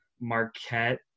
Marquette